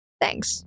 Thanks